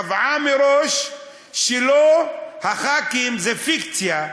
קבעה מראש שחברי הכנסת זה פיקציה,